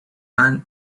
and